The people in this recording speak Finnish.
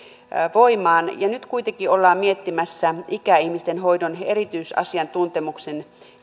voimaan ja nyt kuitenkin ollaan miettimässä ikäihmisten hoidon erityisasiantuntemuksen